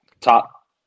top